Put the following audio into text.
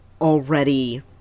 already